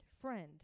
Friend